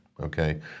okay